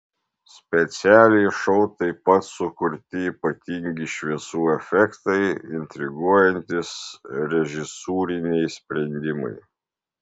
specialiai šou taip pat sukurti ypatingi šviesų efektai intriguojantys režisūriniai sprendimai